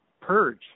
Purge